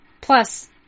Plus